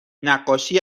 نقاشی